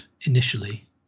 initially